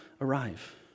arrive